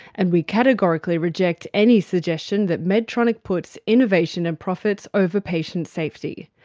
and we categorically reject any suggestion that medtronic puts innovation and profits over patient safety.